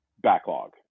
backlog